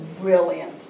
brilliant